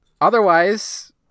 Otherwise